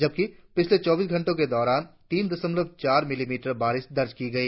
जबकि पिछले चौबीस घंटों के दौरान तीन दशमलव आर मिलिमीटर बारिश दर्ज की गई